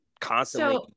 constantly